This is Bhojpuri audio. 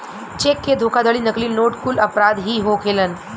चेक के धोखाधड़ी, नकली नोट कुल अपराध ही होखेलेन